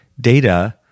data